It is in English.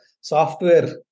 software